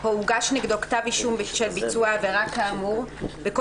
או הוגש נגדו כתב אישום בשל ביצוע עבירה כאמור וכל